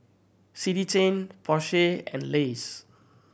City Chain Porsche and Lays